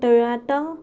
Toyota